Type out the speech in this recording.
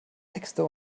äxte